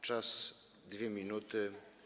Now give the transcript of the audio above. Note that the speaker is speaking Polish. Czas - 2 minuty.